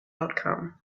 outcome